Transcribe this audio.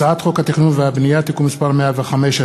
הצעת חוק התכנון והבנייה (תיקון מס' 105),